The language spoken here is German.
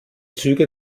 züge